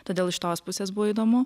todėl iš tos pusės buvo įdomu